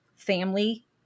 family